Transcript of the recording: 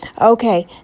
okay